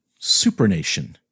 supernation